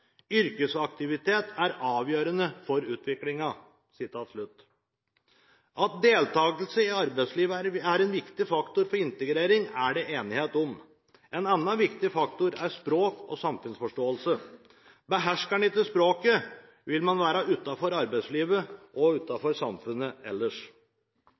Yrkesaktivitet er avgjørende for utviklingen.» At deltakelse i arbeidslivet er en viktig faktor for integrering, er det enighet om. En annen viktig faktor er språk og samfunnsforståelse. Behersker en ikke språket, vil en være utenfor arbeidslivet og utenfor samfunnet ellers.